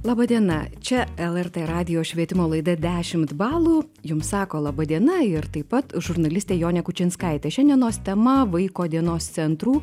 laba diena čia lrt radijo švietimo laida dešimt balų jums sako laba diena ir taip pat žurnalistė jonė kučinskaitė šiandienos tema vaiko dienos centrų